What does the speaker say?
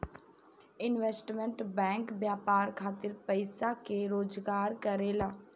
investment bank व्यापार खातिर पइसा के जोगार करेला